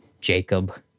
Jacob